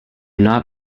not